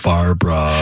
Barbara